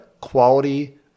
quality